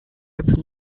open